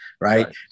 Right